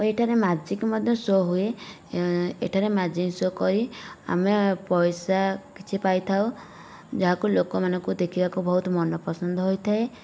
ଆଉ ଏଠାରେ ମ୍ୟାଜିକ୍ ମଧ୍ୟ ସୋ ହୁଏ ଏଠାରେ ମ୍ୟାଜିକ୍ ସୋ କରି ଆମେ ପଇସା କିଛି ପାଇଥାଉ ଯାହାକୁ ଲୋକମାନଙ୍କୁ ଦେଖିବାକୁ ବହୁତ ମନ ପସନ୍ଦ ହୋଇଥାଏ